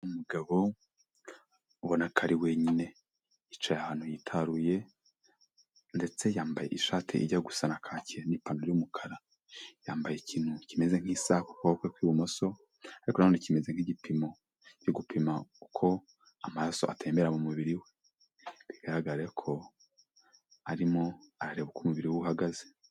Umugabo ubona ko ari wenyine, yicaye ahantu hitaruye ndetse yambaye ishati ijya gusa na kaki n'ipantaro y'umukara, yambaye ikintu kimeze nk'isaha ku kuboko kw'ibumoso, ariko na none kimeze nk'igipimo, cyo gupima uko amaraso atembera mu mubiri we, bigaragare ko arimo arareba uko umubiri we uhagaze.